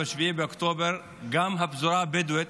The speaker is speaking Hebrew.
ב-7 באוקטובר הפזורה הבדואית